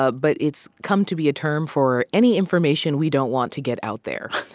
ah but it's come to be a term for any information we don't want to get out there.